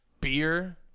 beer